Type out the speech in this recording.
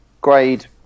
Grade